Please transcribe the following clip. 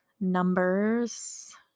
numbers